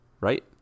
right